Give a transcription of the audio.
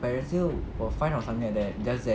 parents dia was fine or something like that just that